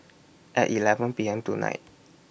At eleven P M tonight